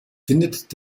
findet